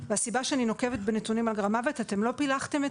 והסיבה שאני נוקבת בנתונים על גרם מוות היא כי אתם לא פילחתם את